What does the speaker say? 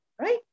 right